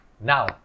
Now